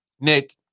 nick